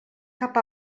cap